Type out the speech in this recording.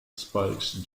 spike